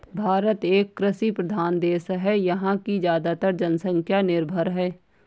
भारत एक कृषि प्रधान देश है यहाँ की ज़्यादातर जनसंख्या निर्भर है